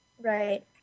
Right